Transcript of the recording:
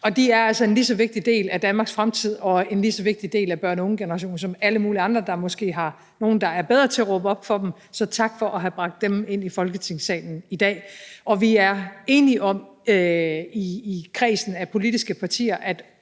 Og de er altså en lige så vigtig del af Danmarks fremtid og en lige så vigtig del af børn- og ungegenerationen som alle mulige andre, der måske har nogle, der er bedre til at råbe op for sig. Så tak for at have bragt dem ind i Folketingssalen i dag. Vi er enige om i kredsen af politiske partier, at